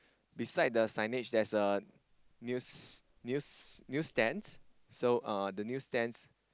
beside the signage there's a news news news stand so uh the news stand